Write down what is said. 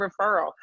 referral